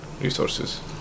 resources